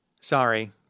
Sorry